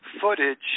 footage